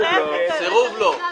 סירוב לא.